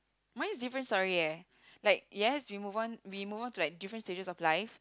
mine is different story eh like yes we move on we move on to like different stages of life